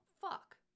fuck